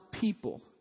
people